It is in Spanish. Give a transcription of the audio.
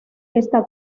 está